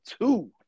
two